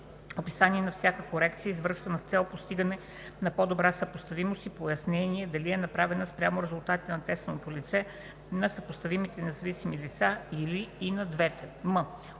описание на всяка корекция, извършена с цел постигане на по-добра съпоставимост, и пояснение дали е направена спрямо резултатите на тестваното лице, на съпоставимите независими лица или и на двете;